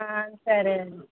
సరే అండి